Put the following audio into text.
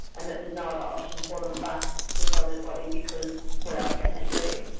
and that there's no other option for them but to sell their body, because what else can they do.